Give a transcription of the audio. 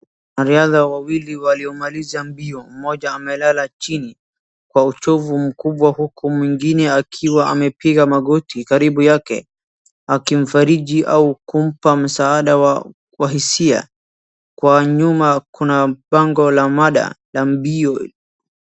Wanariadha wawili waliomaliza mbio mmoja amelala chini kwa uchovu mkubwa huku mwingine akiwa maepiga magoti karibu yake. Akimfariji au kumpaa masaada wa hisia kwa nyuma kuna mpango ramanda la mbio.